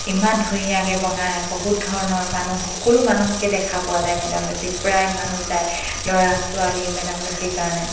ইমান ধুনীয়াকৈ বনায় বহুত ধৰণৰ মানুহ সকলো মানুহকে দেখা পোৱা যায় মেডাম মেফিত প্ৰায় মানুহ যায় ল'ৰা ছোৱালী মেডাম মেফি কাৰণে